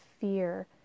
fear